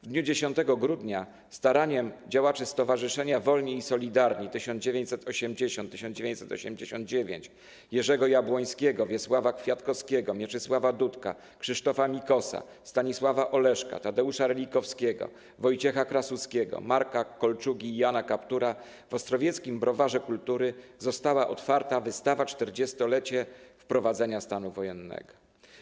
W dniu 10 grudnia staraniem działaczy Stowarzyszenia „Wolni i Solidarni 1980-1989” Jerzego Jabłońskiego, Wiesława Kwiatkowskiego, Mieczysław Dudka, Krzysztofa Mikosa, Stanisława Oleszka, Tadeusza Relikowskiego, Wojciecha Krasuskiego, Marka Kolczugi i Jana Kaptura w Ostrowieckim Browarze Kultury została otwarta wystawa „40-lecie wprowadzenia stanu wojennego”